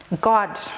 God